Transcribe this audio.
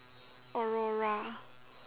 aurora